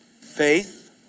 Faith